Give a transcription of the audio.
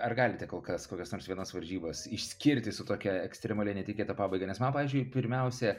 ar galite kol kas kurias nors vienas varžybas išskirti su tokia ekstremalia netikėta pabaiga nes man pavyzdžiui pirmiausia